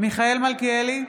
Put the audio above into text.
מיכאל מלכיאלי,